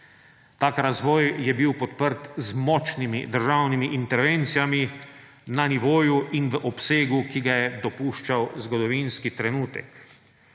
Tak razvoj je bil podprt z močnimi državnimi intervencijami na nivoju in v obsegu, ki ga je dopuščal zgodovinski trenutek.